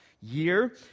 year